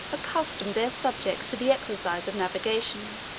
accustomed their subjects to the exercise of navigation